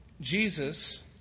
Jesus